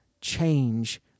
change